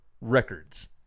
records